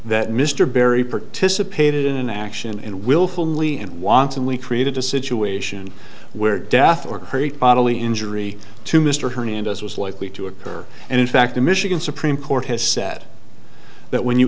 that mr barry participated in an action and willfully and wantonly created a situation where death or great bodily injury to mr hernandez was likely to occur and in fact the michigan supreme court has said that when you